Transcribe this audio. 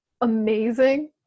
amazing